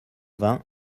vingt